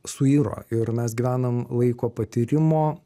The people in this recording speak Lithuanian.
suiro ir mes gyvenam laiko patyrimo